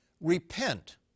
Repent